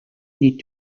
need